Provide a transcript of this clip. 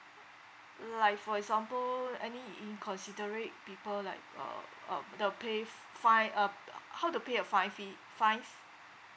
like for example any inconsiderate people like uh um the pay f~ fine uh p~ how to pay a fine fee fine